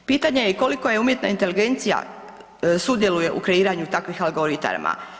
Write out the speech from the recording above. Pitanje je koliko je umjetna inteligencija sudjeluje u kreiranju takvih algoritama?